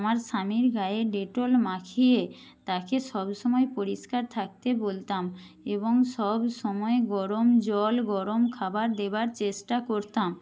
আমার স্বামীর গায়ে ডেটল মাখিয়ে তাকে সবসময় পরিষ্কার থাকতে বলতাম এবং সবসময় গরম জল গরম খাবার দেওয়ার চেষ্টা করতাম